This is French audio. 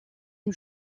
une